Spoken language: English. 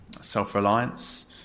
self-reliance